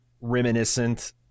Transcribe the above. reminiscent